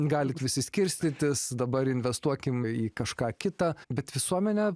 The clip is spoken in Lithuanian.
galit visi skirstytis dabar investuokim į kažką kitą bet visuomenė